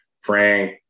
Frank